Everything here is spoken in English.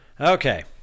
Okay